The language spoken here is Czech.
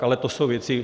Ale to jsou věci...